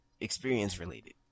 experience-related